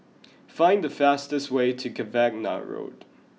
find the fastest way to Cavenagh Road